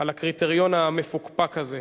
על הקריטריון המפוקפק הזה.